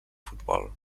futbol